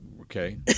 Okay